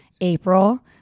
april